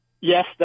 Yes